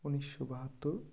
উনিশশো বাহাত্তর